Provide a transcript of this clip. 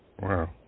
Wow